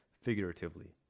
figuratively